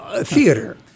Theater